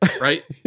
right